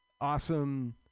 awesome